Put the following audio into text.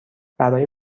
برای